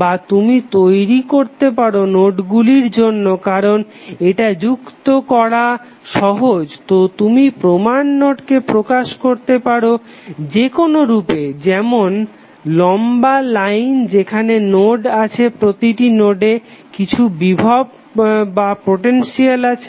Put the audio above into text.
বা তুমি তৈরি করতে পারো নোডগুলির জন্য কারণ এটা যুক্ত করা সহজ তো তুমি প্রমাণকে প্রকাশ করতে পারো যেকোনো রূপে যেমন লম্বা লাইন যেখানে নোড আছে প্রতিটি নোডে কিছু বিভব আছে